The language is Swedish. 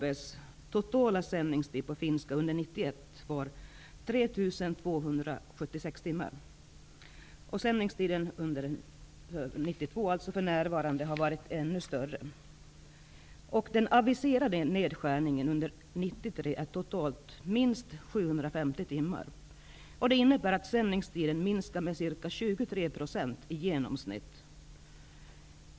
1992, dvs. i år, har varit ännu större. Den aviserade nedskärningen under 1993 är totalt minst 750 timmar. Detta innebär att sändningstiden minskar med ca 23 % i genomsnitt.